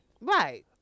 Right